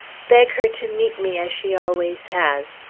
beg her to meet me as she always has.